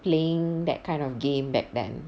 playing that kind of game back then